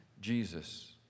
Jesus